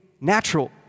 natural